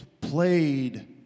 played